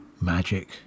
magic